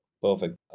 Perfect